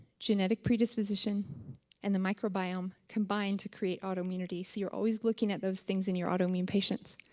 genetic predisposition and the microbiome combine to create autoimmunity. so, you're always looking at those things in your autoimmune patients.